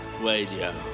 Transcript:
Radio